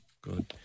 Good